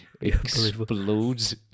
explodes